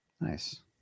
Nice